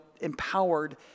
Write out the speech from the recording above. empowered